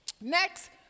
Next